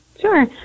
Sure